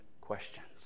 questions